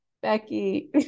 Becky